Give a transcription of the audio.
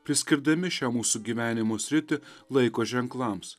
priskirdami šiam mūsų gyvenimo sritį laiko ženklams